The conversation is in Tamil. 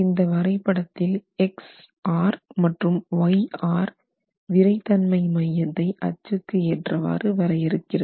இந்த வரைபடத்தில் மற்றும் விறைத்தன்மை மையத்தை அச்சுக்கு ஏற்றவாறு வரையறுக்கிறது